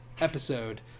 episode